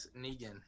Negan